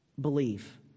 belief